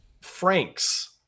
Frank's